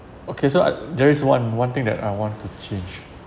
okay so I there is one one thing that I want to change